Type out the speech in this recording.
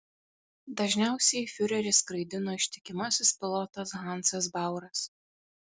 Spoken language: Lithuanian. dažniausiai fiurerį skraidino ištikimasis pilotas hansas bauras